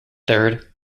third